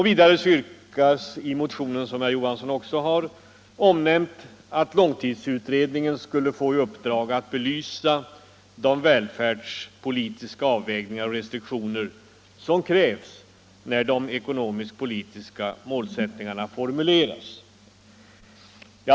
Vidare yrkas i motionen att en utredning skulle få i uppdrag att belysa de välfärdspolitiska avvägningar och restriktioner som krävs när de ekonomisk-politiska målsättningarna formuleras.